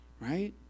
right